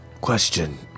Question